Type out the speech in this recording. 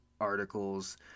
articles